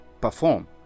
perform